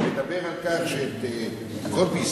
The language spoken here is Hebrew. שמדבר על כך שאת פסקי-הדין,